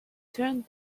turned